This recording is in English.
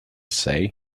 say